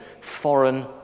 foreign